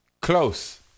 Close